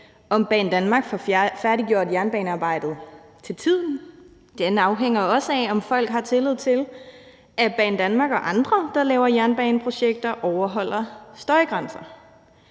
om Banedanmark får færdiggjort jernbanearbejdet til tiden; den afhænger jo også af, om folk har tillid til, at Banedanmark og andre, der laver jernbaneprojekter, overholder støjgrænser.